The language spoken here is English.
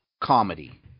comedy